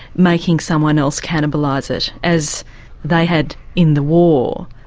making someone else cannibalise it as they had in the war.